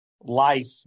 life